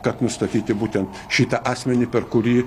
kad nustatyti būtent šitą asmenį per kurį